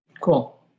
Cool